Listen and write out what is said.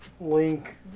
Link